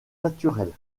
naturelles